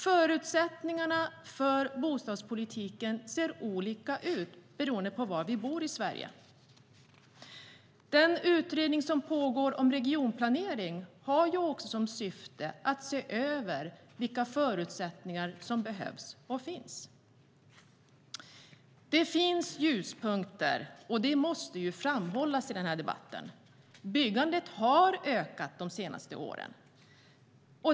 Förutsättningarna för bostadspolitiken ser olika ut beroende på var i Sverige vi bor. Det finns ljuspunkter - det måste framhållas i den här debatten. Byggandet har ökat de senaste åren.